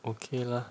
okay lah